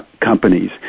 companies